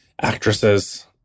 actresses